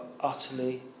utterly